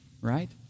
Right